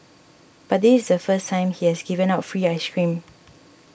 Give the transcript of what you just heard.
but this is the first time he has given out free ice cream